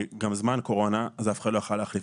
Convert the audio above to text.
זה היה גם זמן קורונה ואף אחד לא יכול היה להחליף